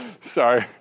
Sorry